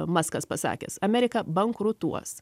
maskas pasakęs amerika bankrutuos